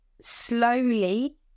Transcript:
slowly